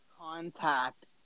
contact